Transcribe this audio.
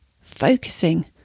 focusing